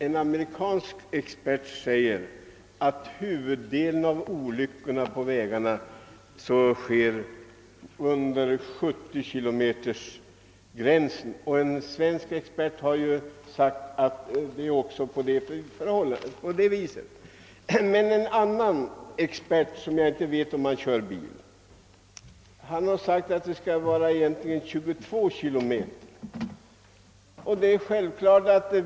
En amerikansk expert säger att huvuddelen av olyckorna på vägarna sker när hastigheten understiger 70 km tim.